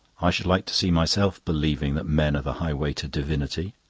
i should like to see myself believing that men are the highway to divinity.